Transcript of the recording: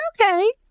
okay